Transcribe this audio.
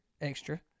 extra